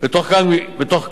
בתוך כך,